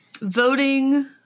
voting